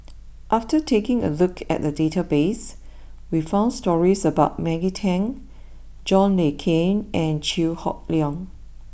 after taking a look at the database we found stories about Maggie Teng John Le Cain and Chew Hock Leong